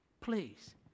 please